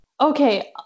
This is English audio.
Okay